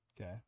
Okay